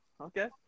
okay